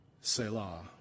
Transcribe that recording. Selah